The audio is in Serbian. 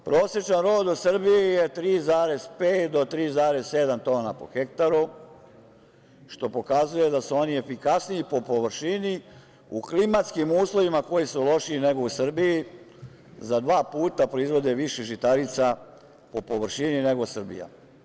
Prosečan rod u Srbiji je 3,5 do 3,7 tona po hektaru, što pokazuje da su oni efikasniji po površini u klimatskim uslovima koji su lošiji nego u Srbiji za dva puta proizvode više žitarica po površini nego Srbija.